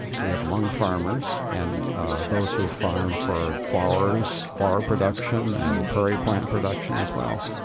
we have hmong farmers and those who farm for flowers, flower production and prairie plant production as well